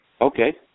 Okay